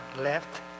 left